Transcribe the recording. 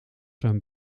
zijn